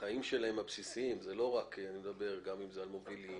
החיים הבסיסיים שלהם אני מדבר על מובילים